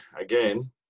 again